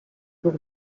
pour